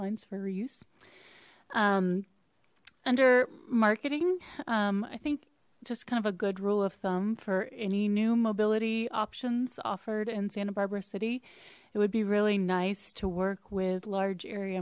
lines for use under marketing i think just kind of a good rule of thumb for any new mobility options offered in santa barbara city it would be really nice to work with large area